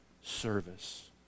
service